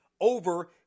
over